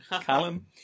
Callum